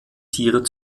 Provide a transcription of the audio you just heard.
tiere